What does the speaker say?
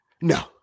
no